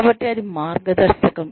కాబట్టి అది మార్గదర్శకం